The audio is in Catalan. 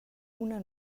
una